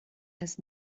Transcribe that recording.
has